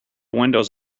windows